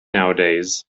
nowadays